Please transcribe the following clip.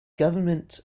government